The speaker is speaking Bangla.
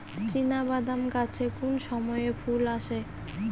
চিনাবাদাম গাছে কোন সময়ে ফুল আসে?